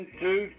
two